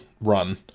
run